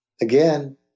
again